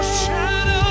shadow